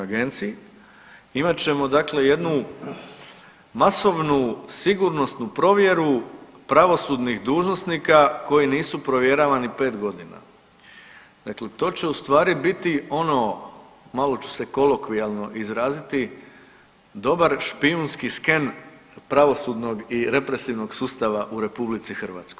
Imat ćemo dakle jednu masovnu sigurnosnu provjeru pravosudnih dužnosnika koji nisu provjeravani 5.g., dakle to će u stvari biti ono, malo ću se kolokvijalno izraziti, dobar špijunski sken pravosudnog i represivnog sustava u RH.